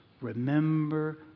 remember